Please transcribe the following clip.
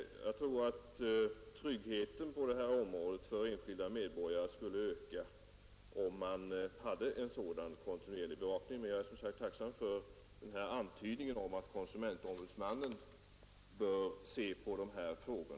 Jag tror att tryggheten på detta område för enskilda medborgare skulle öka, om man hade en sådan kontinuerlig bevakning. Men jag är som sagt tacksam för denna antydan om att konsumentombudsmannen bör se även på dessa frågor.